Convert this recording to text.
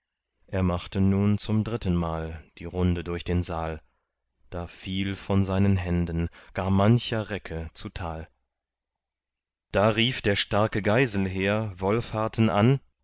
er machte nun zum drittenmal die runde durch den saal da fiel von seinen händen gar mancher recke zutal da rief der starke geiselher wolfharten an